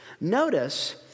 Notice